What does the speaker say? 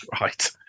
right